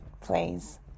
please